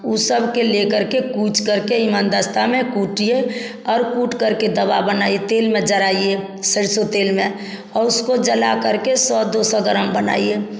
उ सब के लेकर के कूच करके इमामदस्ता में कूटिए और कूट करके दवा बनाई तेल में जलाएं सरसों तेल में और उसको जलाकर के सौ दो सौ ग्राम बनाइए